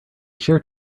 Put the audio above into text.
share